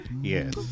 Yes